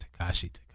Takashi